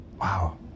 Wow